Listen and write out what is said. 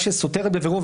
להוראה שסותרת בבירור",